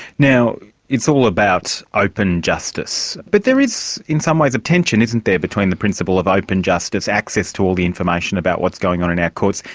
now, it's all about open justice. but there is in some ways a tension, isn't there, between the principle of open justice, access to all the information about what's going on in our courts,